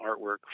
artwork